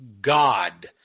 God